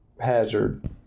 hazard